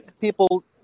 people